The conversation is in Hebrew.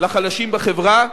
לחלשים בחברה,